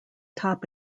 top